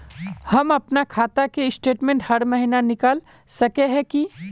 हम अपना खाता के स्टेटमेंट हर महीना निकल सके है की?